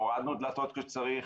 הורדנו דלות כמו שצריך.